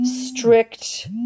strict